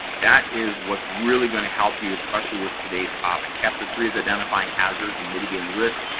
that is what's really going to help you, especially with today's topic. chapter three is identifying hazards and mitigating risks.